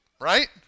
right